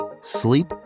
sleep